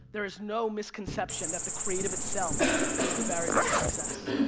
there is no misconception that the creative itself is the variable of success.